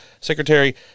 Secretary